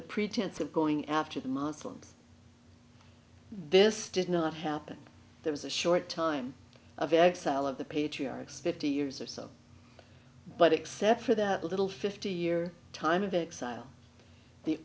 the pretense of going after the muslims this did not happen there was a short time of exile of the patriarchs fifty years or so but except for that little fifty year time of exile the